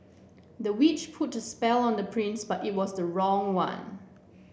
the witch put a spell on the prince but it was the wrong one